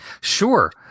Sure